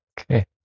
Okay